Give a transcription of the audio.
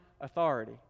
authority